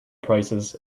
prices